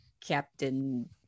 Captain